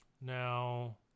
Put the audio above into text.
Now